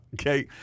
okay